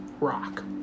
rock